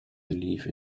believe